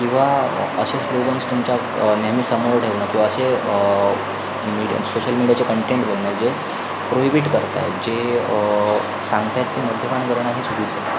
किंवा असे स्लोगन्स तुमच्या नेहमी समोर ठेवणं किंवा असे मिडी सोशल मीडियाच्या कन्टेन्ट बघणं जे प्रोहिबिट करत आहेत जे सांगत आहेत की मद्यपान करणं हे चुकीचं आहे